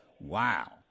Wow